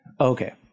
Okay